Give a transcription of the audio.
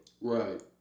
Right